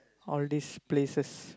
all these places